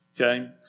Okay